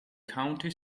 county